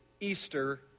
Easter